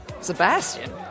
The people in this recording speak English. Sebastian